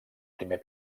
primer